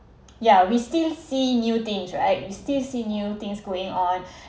yeah we still see new things right we still see new things going on